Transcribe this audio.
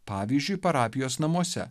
pavyzdžiui parapijos namuose